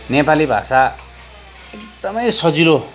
नेपाली भाषा एकदमै सजिलो